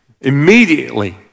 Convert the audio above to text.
immediately